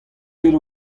ket